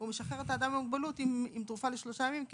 הוא משחרר אדם עם מוגבלות עם תרופה לשלושה ימים,